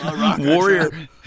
Warrior